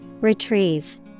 Retrieve